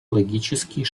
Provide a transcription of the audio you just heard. логический